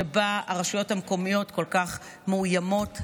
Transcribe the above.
שבה הרשויות המקומיות כל כך מאוימות,